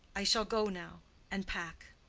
i shall go now and pack.